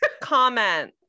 comment